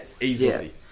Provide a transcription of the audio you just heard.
Easily